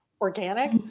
Organic